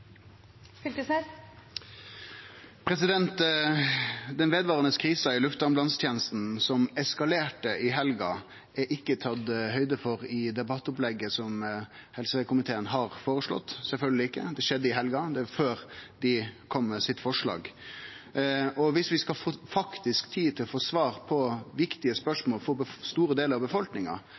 ordet. Den vedvarande krisa i luftambulansetenesta, som eskalerte i helga, er det ikkje tatt høgd for i debattopplegget som helsekomiteen har føreslått. Sjølvsagt ikkje – dette skjedde i helga, dei kom med forslaget sitt før. For at vi faktisk skal få tid til å få svar på viktige spørsmål for ein stor del av befolkninga